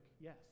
yes